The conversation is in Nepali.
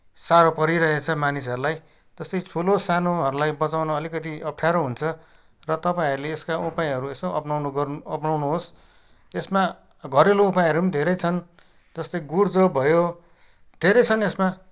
साह्रो परिरहेछ मानिसहरूलाई ठुलो सानोहरूलाई बचाउन अलिकति अप्ठ्यारो हुन्छ र तपाईँहरूले यसका उपायहरू यसो अपनाउनु गर्नु अपनाउनुहोस् त्यसमा घरेलु उपायहरू पनि धेरै छन् जस्तै गुर्जो भयो धेरै छन् यसमा